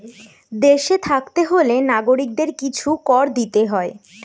দেশে থাকতে হলে নাগরিকদের কিছু কর দিতে হয়